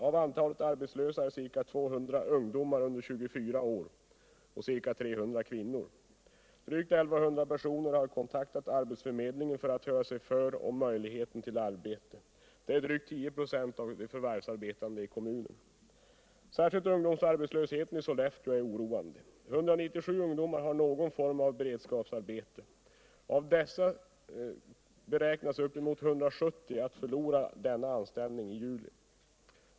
Av antalet arbetslösa är ca 200 ungdomar under 24 år och ca 300 kvinnor. Drygt I 100 personer har kontaktat arbetsförmedlingen för att höra sig för om möjligheterna till arbete. Det är drygt 10 v. av de förvärvsarbetande i kommunen. Särskilt ungdomsarbetslösheten i Sollefteå är mycket oroande. 197 ungdomar har någon form av beredskapsarbete. Av dessa beräknas uppemot 170 förlora denna anställning i juli.